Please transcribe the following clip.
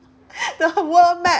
the world map